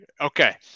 Okay